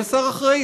יש שר אחראי.